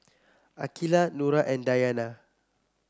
Aqilah Nura and Dayana